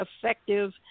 effective